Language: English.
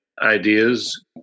ideas